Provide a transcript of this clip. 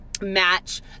match